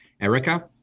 Erica